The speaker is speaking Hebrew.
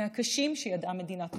מהקשים שידעה מדינת ישראל.